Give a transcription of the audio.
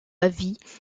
avis